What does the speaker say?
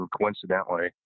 coincidentally